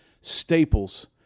staples